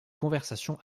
conversations